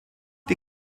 die